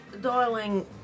Darling